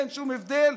אין שום הבדל.